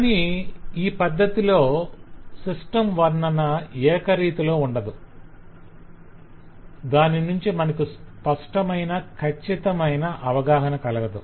కాని ఈ పద్ధతిలో సిస్టం వర్ణన ఏకరీతిలో ఉండదు - దాని నుంచి మనకు స్పష్టమైన కచ్చితమైన అవగాహన కలగదు